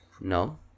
no